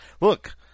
look